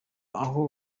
aho